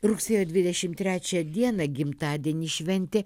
rugsėjo dvidešimt trečią dieną gimtadienį šventė